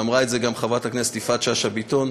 ואמרה את זה גם חברת הכנסת יפעת שאשא ביטון,